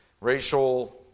racial